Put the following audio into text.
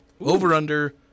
Over-under